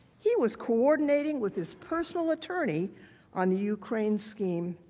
he was coordinating with his personal attorney on the ukraine scheme.